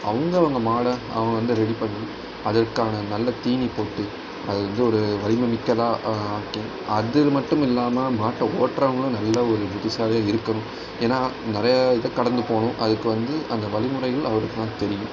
அவங்கவங்க மாடை அவங்க வந்து ரெடி பண்ணி அதற்கான நல்ல தீனிப்போட்டு அது வந்து ஒரு வலிமை மிக்கதாக ஆக்கி அதுமட்டும் இல்லாமல் மாட்டை ஓட்டுறவங்களும் நல்ல ஒரு புத்திசாலியாக இருக்கணும் ஏன்னா நிறையா இதை கடந்து போகணும் அதுக்கு வந்து அந்த வழிமுறைகள் அவருக்குதான் தெரியும்